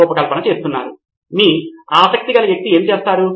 professor మీరు అన్నది సంస్కరణలా ఆ సంస్కరణల్లో కొన్ని నిర్వహించబడతాయి